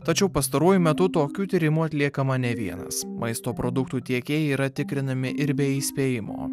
tačiau pastaruoju metu tokių tyrimų atliekama ne vienas maisto produktų tiekėjai yra tikrinami ir be įspėjimo